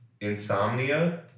insomnia